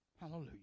Hallelujah